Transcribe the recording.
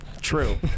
true